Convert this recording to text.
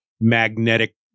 magnetic